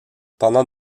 pendant